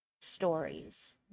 stories